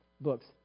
books